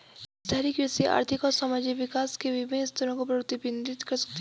शहरी कृषि आर्थिक और सामाजिक विकास के विभिन्न स्तरों को प्रतिबिंबित कर सकती है